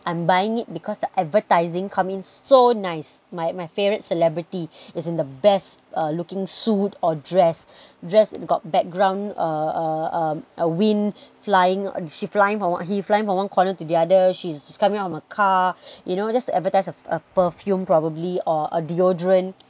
I'm buying it because the advertising coming in so nice my my favourite celebrity is in the best looking suit or dress dress got background uh uh uh wind flying she flying he flying from one corner to the other she's coming out of a car you know just advertise of a perfume probably or a deodorant